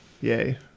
yay